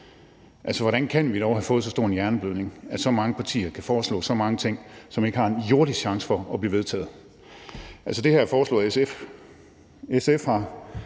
hvordan kan vi dog have fået så stor en hjerneblødning, at så mange partier kan foreslå så mange ting, som ikke har en jordisk chance for at blive vedtaget?